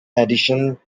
edition